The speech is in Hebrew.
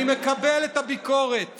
אני מקבל את הביקורת